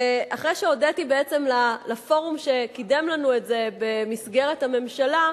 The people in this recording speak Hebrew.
ואחרי שהודיתי בעצם לפורום שקידם לנו את זה במסגרת הממשלה,